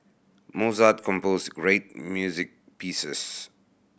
Mozart compose great music pieces